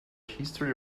history